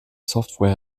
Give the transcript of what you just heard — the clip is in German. software